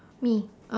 me